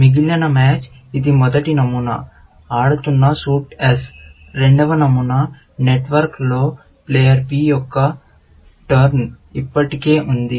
మిగిలిన మ్యాచ్ ఇది మొదటి నమూనా ఆడుతున్న సూట్ S రెండవ నమూనా నెట్వర్క్లో ప్లేయర్ P యొక్క మలుపు ఇప్పటికే ఉంది